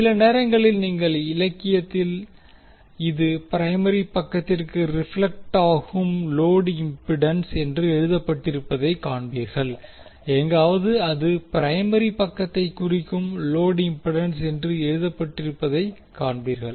சில நேரங்களில் நீங்கள் இலக்கியத்தில் இது பிரைமரி பக்கத்திற்கு ரிப்ளெக்டாகும் லோடு இம்பிடன்ஸ் என்று எழுதப்பட்டிருப்பதைக் காண்பீர்கள் எங்காவது அது பிரைமரி பக்கத்தைக் குறிக்கும் லோடு இம்பிடன்ஸ் என்று எழுதப்பட்டிருப்பதைக் காண்பீர்கள்